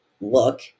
look